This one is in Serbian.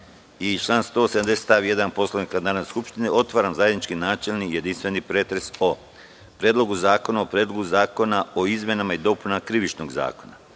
stav 1. Poslovnika Narodne skupštine, otvaram zajednički načelni i jedinstveni pretres o: Predlogu zakona o izmenama i dopunama Krivičnog zakonika;